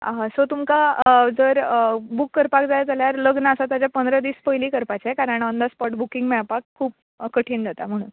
आ हय सो तुमकां जर बूक करपाक जाय जाल्यार लग्न आसा ताचे पंदरा दीस पयली करपाचे कारण ऑन द स्पॉट बुकींग मेळपाक खूब कठीण जाता म्हुणून